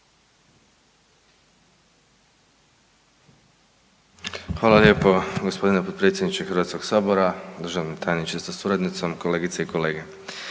Hvala lijepo g. potpredsjedniče HS-a, državni tajniče sa suradnicom, kolegice i kolege.